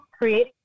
create